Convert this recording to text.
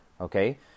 Okay